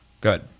good